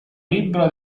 libro